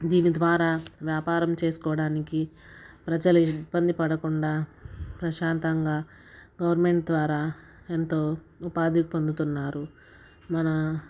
దీని ద్వారా వ్యాపారం చేసుకోవడానికి ప్రజలు ఇబ్బంది పడకుండా ప్రశాంతంగా గవర్నమెంట్ ద్వారా ఎంతో ఉపాధి పొందుతున్నారు మన